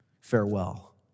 Farewell